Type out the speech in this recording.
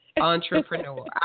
Entrepreneur